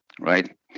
right